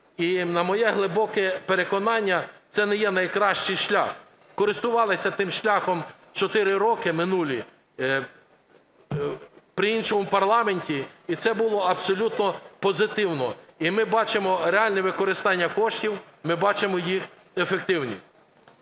І на моє глибоке переконання, це не є найкращий шлях. Користувалися тим шляхом чотири роки минулі при іншому парламенті, і це було абсолютно позитивно. І ми бачимо реальне використання коштів, ми бачимо їх ефективність.